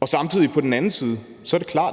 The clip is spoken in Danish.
og samtidig er det klart, at vi på den anden